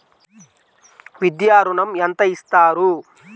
విద్యా ఋణం ఎంత ఇస్తారు?